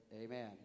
Amen